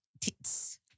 Tits